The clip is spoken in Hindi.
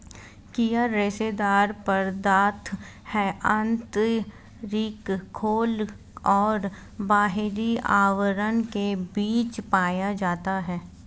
कयर रेशेदार पदार्थ है आंतरिक खोल और बाहरी आवरण के बीच पाया जाता है